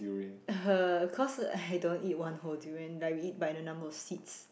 uh cause I don't eat one whole durian like we eat by the number of seeds